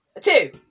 two